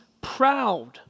proud